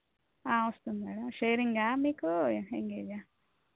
వస్తాను మేడం షేరింగా మీకు ఇంకేది